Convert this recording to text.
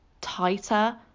tighter